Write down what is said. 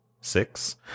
six